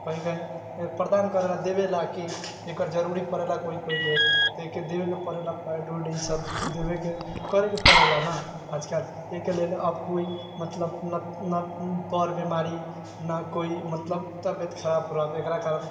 कहीँ कहीँ प्रदान करैलऽ देबैलऽ कि एकर जरूरी पड़ैलऽ कोइ कोइके तऽ एहिके देबैके पड़ैलऽ पैड उड ईसब देबैके करैके पड़ैलऽ ने आजकल एहिके लेल अब कोइ मतलब नहिपर बीमारी नहि कोइ मतलब तबियत खराब रहबे एकरा कारण